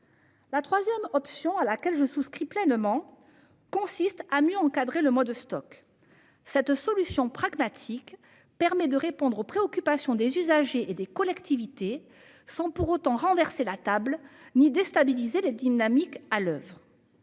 La troisième option, à laquelle je souscris pleinement, consiste à mieux encadrer le mode Stoc. Cette solution pragmatique permet de répondre aux préoccupations des usagers et des collectivités sans pour autant renverser la table ni déstabiliser les dynamiques à l'oeuvre.